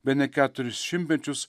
bene keturis šimtmečius